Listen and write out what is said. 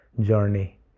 journey